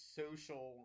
social